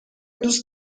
دوست